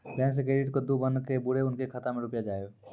Bank से credit कद्दू बन के बुरे उनके खाता मे रुपिया जाएब?